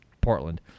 Portland